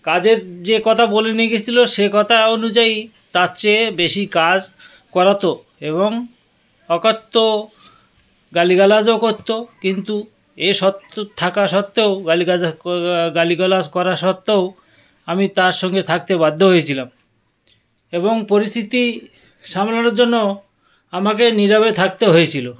কাজের যে কথা বলে নিয়ে গিয়েছিল সেকথা অনুযায়ী তার চেয়ে বেশি কাজ করাত এবং অকথ্য গালিগালাজও করত কিন্তু এ থাকা সত্ত্বেও গালি গালিগালাজ করা সত্ত্বেও আমি তার সঙ্গে থাকতে বাধ্য হয়েছিলাম এবং পরিস্থিতি সামলানোর জন্য আমাকে নীরবে থাকতে হয়েছিল